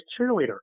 cheerleader